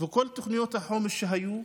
וכל תוכניות החומש שהיו,